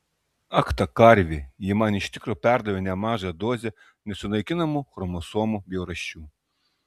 ak ta karvė ji man iš tikro perdavė nemažą dozę nesunaikinamų chromosomų bjaurasčių